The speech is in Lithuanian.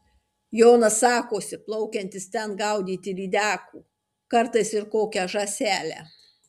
jonas sakosi plaukiantis ten gaudyti lydekų kartais ir kokią žąselę